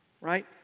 right